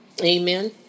Amen